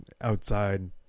outside